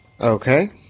Okay